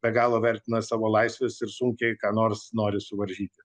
be galo vertina savo laisves ir sunkiai ką nors nori suvaržyti